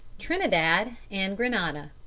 trinidad and grenada.